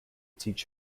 teach